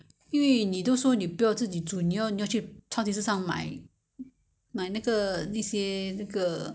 那个饭团啊饭团可能要去巴刹买 lor 就是超级市场的好像不太新鲜不知道